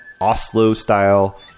Oslo-style